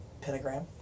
pentagram